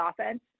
offense